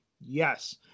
Yes